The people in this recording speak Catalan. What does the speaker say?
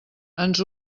ens